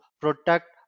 protect